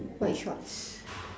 white short